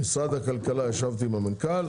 משרד הכלכלה, ישבתי עם המנכ"ל.